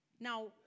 Now